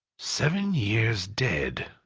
seven years dead,